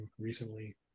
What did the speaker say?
recently